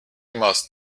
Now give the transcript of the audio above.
must